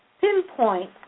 pinpoint